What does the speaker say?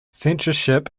censorship